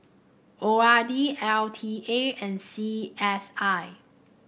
O R D L T A and C S I